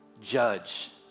judge